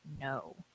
no